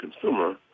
consumer